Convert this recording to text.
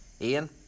Ian